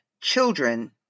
children